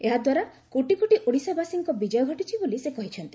ଏହାଦ୍ୱାରା କୋଟି କୋଟି ଓଡ଼ିଶା ବାସୀଙ୍କ ବିଜୟ ଘଟିଛି ବୋଲି ସେ କହିଛନ୍ତି